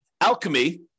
Alchemy